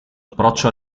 approccio